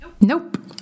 Nope